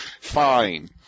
fine